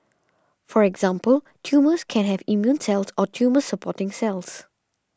for example tumours can have immune cells or tumour supporting cells